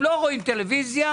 לא רואים טלוויזיה,